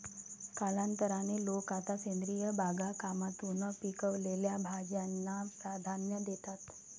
कालांतराने, लोक आता सेंद्रिय बागकामातून पिकवलेल्या भाज्यांना प्राधान्य देतात